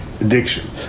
addiction